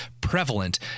prevalent